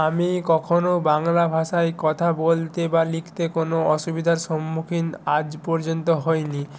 আমি কখনও বাংলা ভাষায় কথা বলতে বা লিখতে কোনও অসুবিধার সম্মুখীন আজ পর্যন্ত হইনি